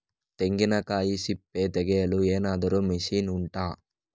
ತೆಂಗಿನಕಾಯಿ ಸಿಪ್ಪೆ ತೆಗೆಯಲು ಏನಾದ್ರೂ ಮಷೀನ್ ಉಂಟಾ